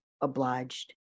obliged